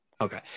okay